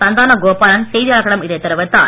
சந்தான கோபாலன் செய்தியாளர்களிடம் இதைத் தெரிவித்தார்